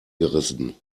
gerissen